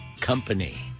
company